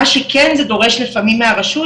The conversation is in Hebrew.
מה שכן זה דורש לפעמים מהרשות